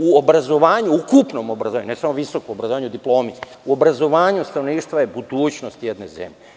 U obrazovanju, ukupnom obrazovanju, ne samo u visokom obrazovanju u diplomi, u obrazovanju stanovništva je budućnost jedne zemlje.